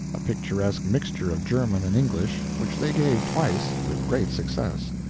a picturesque mixture of german and english, which they gave twice, with great success.